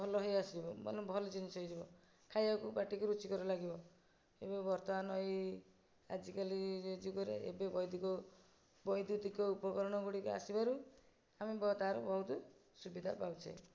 ଭଲ ହେଇଆସିବ ମାନେ ଭଲ ଜିନିଷ ହେଇଯିବ ଖାଇବାକୁ ପାଟିକୁ ରୁଚିକର ଲାଗିବ ଏବେ ବର୍ତ୍ତମାନ ଏଇ ଆଜିକାଲି ଯୁଗରେ ଏବେ ବୈଦିକ ବୈଦୁତିକ ଉପକରଣ ଗୁଡ଼ିକ ଆସିବାରୁ ଆମେ ତା ର ବହୁତ ସୁବିଧା ପାଉଛେ